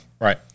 Right